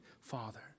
father